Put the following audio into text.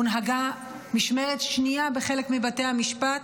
הונהגה משמרת שנייה בחלק מבתי המשפט,